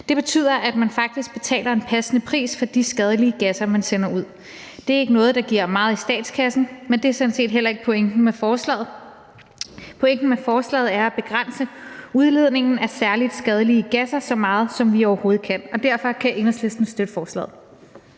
Det betyder, at man faktisk betaler en passende pris for de skadelige gasser, man sender ud. Det er ikke noget, der giver meget i statskassen, men det er sådan set heller ikke pointen med forslaget. Pointen med forslaget er at begrænse udledningen af særlig skadelige gasser så meget, som vi overhovedet kan. Derfor kan Enhedslisten støtte forslaget.